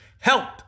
help